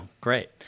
great